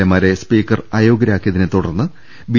എമാരെ സ്പീക്കർ അയോഗ്യരാക്കി യതിനെ തുടർന്ന് ബി